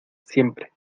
siempre